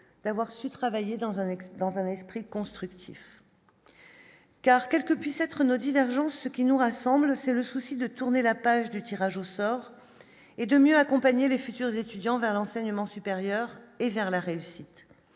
d'avoir su travailler dans un ex-dans un esprit constructif. Car, quelles que puissent être nos divergences, ce qui nous rassemble, c'est le souci de tourner la page du tirage au sort, et de mieux accompagner les futurs étudiants vers l'enseignement supérieur et vers la réussite,